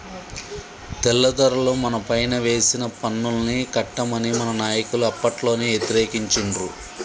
తెల్లదొరలు మనపైన వేసిన పన్నుల్ని కట్టమని మన నాయకులు అప్పట్లోనే యతిరేకించిండ్రు